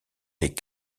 les